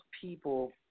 people